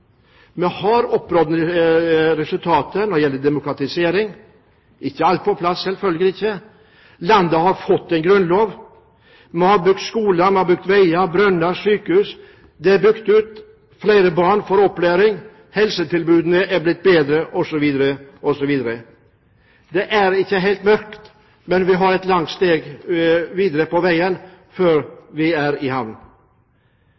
Vi har oppnådd resultater når det gjelder demokratisering. Ikke alt er på plass, selvfølgelig ikke. Landet har fått en grunnlov. Vi har bygd skoler, vi har bygd veier, brønner og sykehus. Det er bygd ut. Flere barn får opplæring. Helsetilbudene er blitt bedre osv., osv. Det er ikke helt mørkt, men vi har et langt steg videre på veien